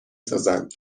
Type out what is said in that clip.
سازند